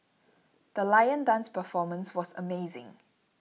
the lion dance performance was amazing